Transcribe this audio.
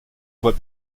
voie